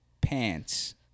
pants